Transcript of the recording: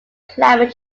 climate